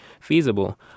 feasible